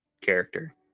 Character